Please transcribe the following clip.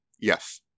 Yes